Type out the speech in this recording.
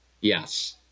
Yes